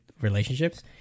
relationships